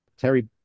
Terry